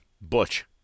Butch